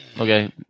Okay